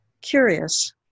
curious